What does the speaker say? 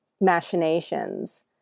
machinations